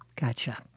Gotcha